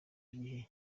gihe